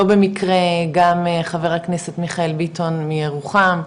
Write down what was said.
לא במקרה גם חבר הכנסת מיכאל ביטון מירוחם,